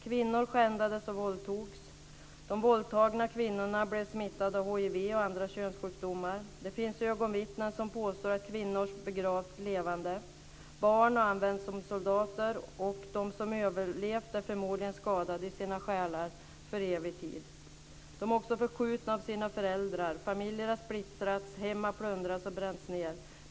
Kvinnor skändades och våldtogs. De våldtagna kvinnorna blev smittade av hiv och andra könssjukdomar. Det finns ögonvittnen som påstår att kvinnor begravts levande. Barn används som soldater. De som har överlevt är förmodligen skadade i sina själar för evig tid. De är också förskjutna av sina föräldrar. Familjer har splittrats, hem har plundrats och bränts ned.